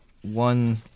One